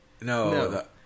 no